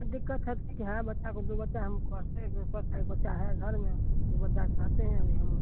सब दिक्कत है ठीक है बच्चा को दो बच्चा हम पढ़ते एक में पढ़ता एक बच्चा है घर में दो बच्चा के पढ़ाते हैं अभी हम